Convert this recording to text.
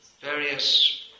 various